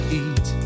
eat